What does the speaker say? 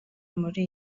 muri